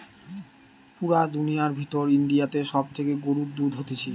পুরা দুনিয়ার ভিতর ইন্ডিয়াতে সব থেকে গরুর দুধ হতিছে